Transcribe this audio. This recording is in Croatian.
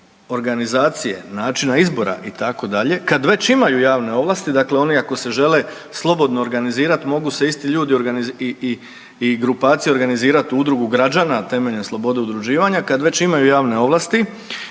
organizacije, načina izbora itd. kad već imaju javne ovlasti, dakle oni ako se žele slobodno organizirati mogu se isti ljudi i grupacije organizirati u Udrugu građana temeljem slobode udruživanja kad već imaju javne ovlasti